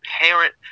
parent